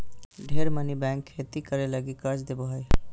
ढेर मनी बैंक खेती करे लगी कर्ज देवो हय